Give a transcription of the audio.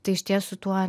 tai išties su tuo